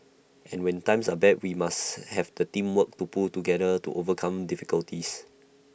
and when times are bad we must have the teamwork to pull together to overcome difficulties